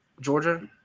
Georgia